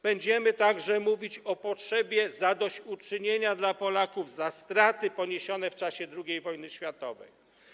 Będziemy także mówić o potrzebie zadośćuczynienia dla Polaków za straty poniesione w czasie II wojny światowej.